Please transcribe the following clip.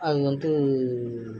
அது வந்து